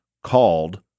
called